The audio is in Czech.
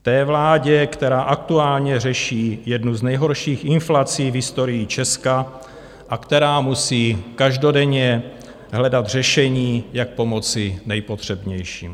Té vládě, která aktuálně řeší jednu z nejhorších inflací v historii Česka a která musí každodenně hledat řešení, jak pomoci nejpotřebnějším.